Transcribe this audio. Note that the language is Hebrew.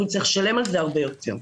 אנחנו נצטרך לשלם על זה הרבה יותר.